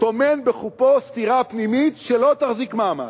טומן בחובו סתירה פנימית שלא תחזיק מעמד,